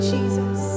Jesus